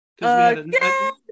Again